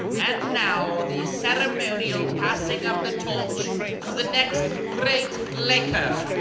and now the ceremonial passing of the torch to the next great laker!